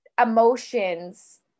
emotions